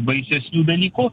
baisesnių dalykų